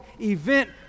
event